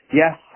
yes